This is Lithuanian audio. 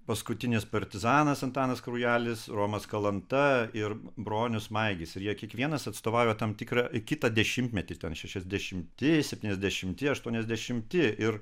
paskutinis partizanas antanas kraujelis romas kalanta ir bronius maigys ir jie kiekvienas atstovauja tam tikrą kitą dešimtmetį ten šešiasdešimti septyniasdešimti aštuoniasdešimti ir